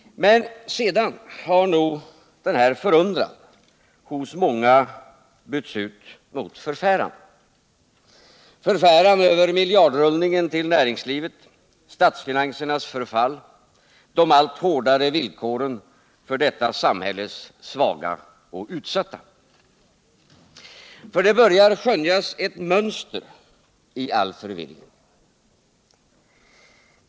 Men sedan har nog denna förundran hos många utbytts mot förfäran — förfäran över miljardrullningen till näringslivet, statsfinansernas förfall, de allt hårdare villkoren för detta samhälles svaga och utsatta. För det börjar skönjas ett mönster i all förvirringen.